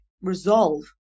resolve